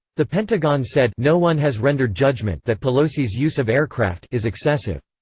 the pentagon said no one has rendered judgment that pelosi's use of aircraft is excessive.